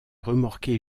remorqué